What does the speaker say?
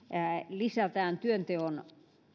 lisätään työnteon